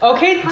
Okay